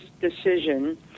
decision